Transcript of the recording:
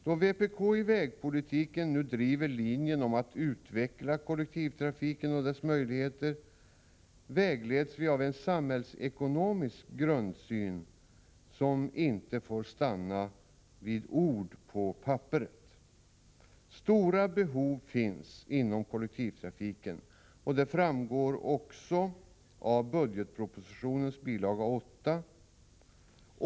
Då vpk i vägpolitiken nu driver linjen att utveckla kollektivtrafiken och dess möjligheter vägleds vi av en samhällsekonomisk grundsyn som inte får stanna vid ord på papperet. Stora behov finns inom kollektivtrafiken — det framgår också av budgetpropositionens bil. 8.